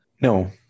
no